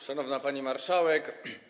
Szanowna Pani Marszałek!